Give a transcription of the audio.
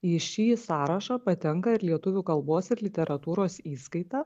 į šį sąrašą patenka ir lietuvių kalbos ir literatūros įskaita